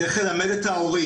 צריך ללמד את ההורים,